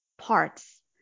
parts